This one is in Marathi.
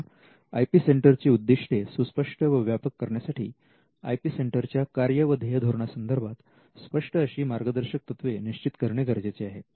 तेव्हा आय पी सेंटर ची उद्दिष्टे सुस्पष्ट व व्यापक करण्यासाठी आयपी सेंटरच्या कार्य व ध्येयधोरणा संदर्भात स्पष्ट अशी मार्गदर्शक तत्वे निश्चित करणे गरजेचे आहे